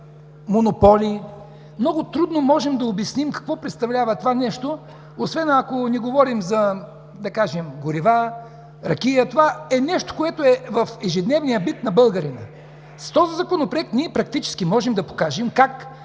много трудно можем да обясним какво представлява това нещо, освен ако не говорим за горива. Ракия – това е нещо от ежедневния бит на българина. С този Законопроект практически можем да покажем как